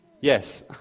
Yes